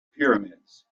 pyramids